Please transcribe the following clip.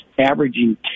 averaging